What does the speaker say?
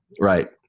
Right